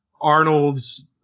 Arnold's